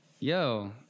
yo